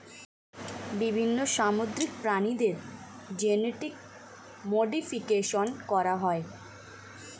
বিভিন্ন সামুদ্রিক প্রাণীদের জেনেটিক মডিফিকেশন করা হয়